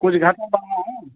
कुछ घाटा है